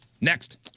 Next